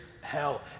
hell